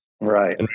right